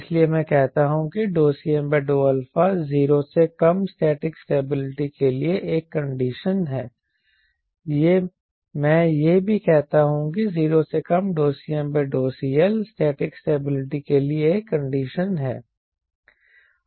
इसलिए मैं कहता हूं कि Cm∂α 0 से कम स्टैटिक स्टेबिलिटी के लिए एक कंडीशन है मैं यह भी कहता हूं कि 0 से कम CmCL स्टैटिक स्टेबिलिटी के लिए एक कंडीशन है